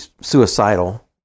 suicidal